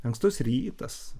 ankstus rytas